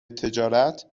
تجارت